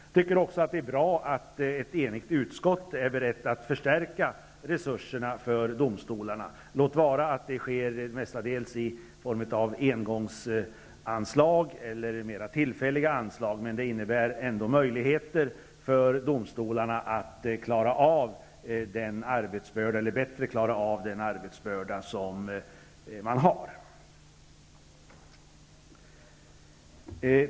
Jag tycker också att det är bra att ett enigt utskott är berett att förstärka resurserna för domstolarna, låt vara att det mestadels sker i form av engångsanslag eller mera tillfälliga anslag. Det innebär ändå möjligheter för domstolarna att bättre klara av den arbetsbörda de har.